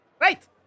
Right